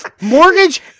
mortgage